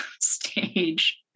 stage